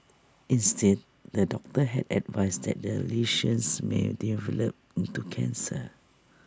instead the doctor had advised that the lesions may develop into cancer